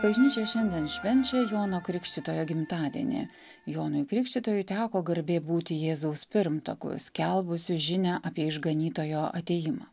bažnyčia šiandien švenčia jono krikštytojo gimtadienį jonui krikštytojui teko garbė būti jėzaus pirmtaku skelbusiu žinią apie išganytojo atėjimą